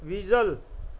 visual